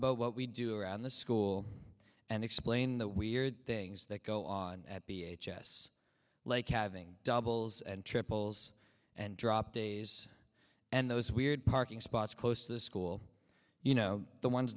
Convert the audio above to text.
about what we do around the school and explain the weird things that go on at b h s like having doubles and triples and drop days and those weird parking spots close to the school you know the ones